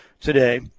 today